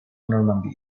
normandía